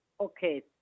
okay